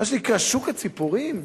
במה שנקרא "שוק הציפורים"